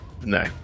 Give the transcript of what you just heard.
no